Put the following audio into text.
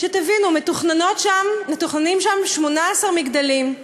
שתבינו, מתוכננים שם 18 מגדלים,